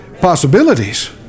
possibilities